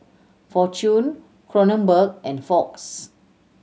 Fortune Kronenbourg and Fox